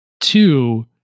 Two